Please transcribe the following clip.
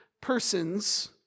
persons